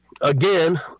again